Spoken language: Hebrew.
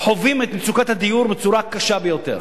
חווים את מצוקת הדיור בצורה קשה ביותר.